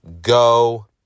Go